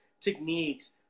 techniques